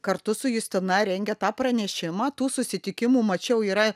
kartu su justina rengė tą pranešimą tų susitikimų mačiau yra